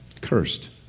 cursed